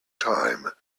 time